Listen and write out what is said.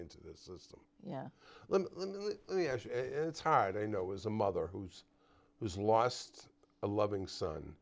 into this system yeah it's hard i know it was a mother who's who's lost a loving son